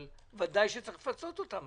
אבל בוודאי צריך לפצות אותם,